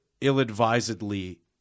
ill-advisedly